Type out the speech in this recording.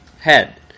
head